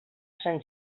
sant